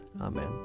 Amen